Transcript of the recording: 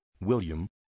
William